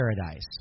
paradise